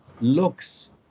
looks